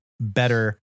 better